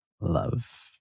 love